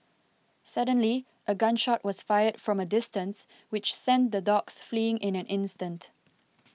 suddenly a gun shot was fired from a distance which sent the dogs fleeing in an instant